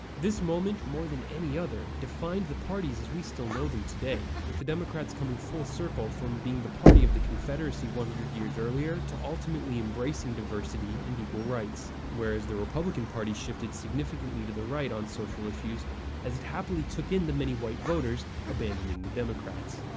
this moment, more than any other, defined the parties as we still know them today, with the democrats coming full circle from being the party of the confederacy one hundred years earlier, to ultimately embracing diversity and equal rights whereas the republican party shifted significantly to the right on social issues as it happily took in the many white voters abandoning the democrats.